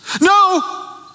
No